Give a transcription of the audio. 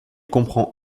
comprend